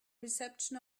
reception